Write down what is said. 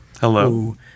hello